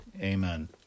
Amen